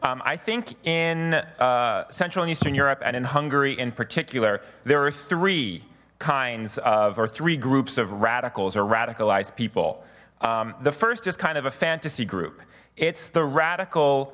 i think in central and eastern europe and in hungary in particular there are three kinds of or three groups of radicals or radicalized people the just kind of a fantasy group it's the radical